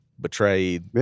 betrayed